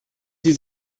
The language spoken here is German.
sie